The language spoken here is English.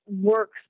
works